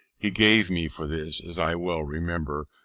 he gave me, for this, as i well remember,